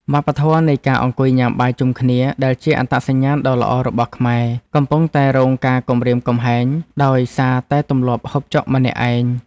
វប្បធម៌នៃការអង្គុយញ៉ាំបាយជុំគ្នាដែលជាអត្តសញ្ញាណដ៏ល្អរបស់ខ្មែរកំពុងតែរងការគំរាមកំហែងដោយសារតែទម្លាប់ហូបចុកម្នាក់ឯង។